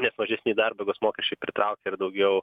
nes mažesni darbo jėgos mokesčiai pritraukia ir daugiau